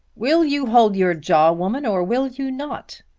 will you hold your jaw, woman, or will you not?